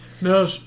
No